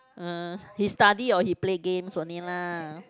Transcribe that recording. uh he study or he play games only lah